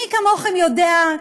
מי כמוכם יודע,